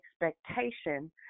expectation